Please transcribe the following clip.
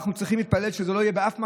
ואנחנו צריכים להתפלל שזה לא יהיה באף מקום,